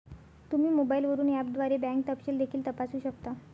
तुम्ही मोबाईलवरून ऍपद्वारे बँक तपशील देखील तपासू शकता